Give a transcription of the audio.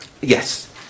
yes